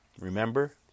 Remember